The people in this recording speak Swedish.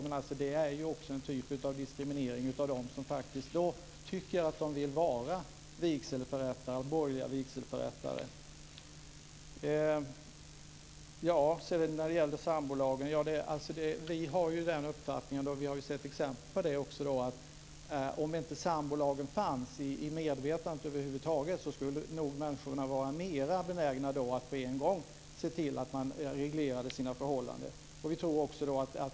Men det är också en typ av diskriminering av dem som tycker att de vill vara borgerliga vigselförrättare. Om sambolagen inte fanns över huvud taget skulle människorna vara mer benägna att se till att reglera sina förhållanden med en gång. Vi har också sett exempel på det.